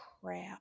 crap